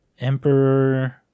Emperor